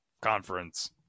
conference